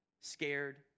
scared